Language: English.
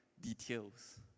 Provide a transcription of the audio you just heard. details